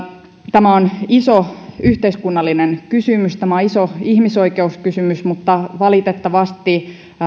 tämä on iso yhteiskunnallinen kysymys tämä on iso ihmisoikeuskysymys mutta valitettavasti